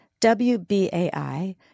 WBAI